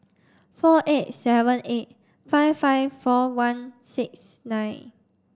four eight seven eight five five four one six nine